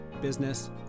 business